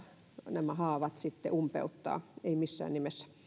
nämä haavat sitten umpeuttaa ei missään nimessä